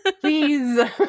Please